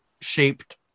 shaped